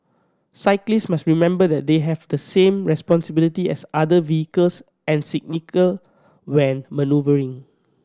cyclists must remember that they have the same responsibility as other vehicles and when manoeuvring